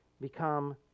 become